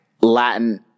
Latin